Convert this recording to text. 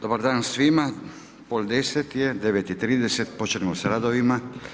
Dobar dan svima, pola 10 je, 9,30 počinjemo s radovima.